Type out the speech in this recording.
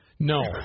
No